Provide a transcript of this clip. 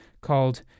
called